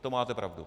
To máte pravdu.